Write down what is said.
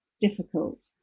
difficult